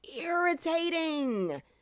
irritating